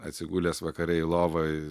atsigulęs vakare į lovą